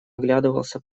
оглядывался